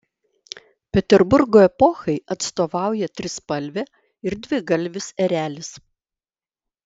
peterburgo epochai atstovauja trispalvė ir dvigalvis erelis